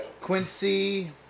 Quincy